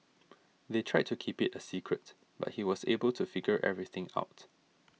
they tried to keep it a secret but he was able to figure everything out